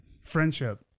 friendship